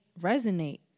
resonate